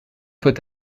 peut